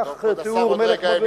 כך תיאור מלך בבל.